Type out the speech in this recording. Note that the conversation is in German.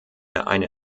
eine